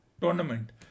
tournament